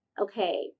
okay